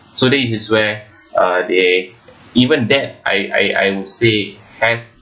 so this is where uh they even that I I I would say has